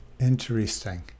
Interesting